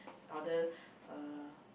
order uh